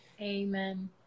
amen